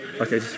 Okay